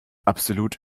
absolut